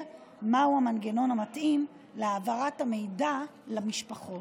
מהו המנגנון המתאים להעברת המידע למשפחות.